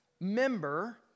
member